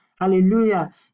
Hallelujah